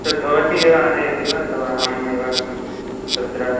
तद् भवती एव आनयति वा अथवा अहमेव तत्र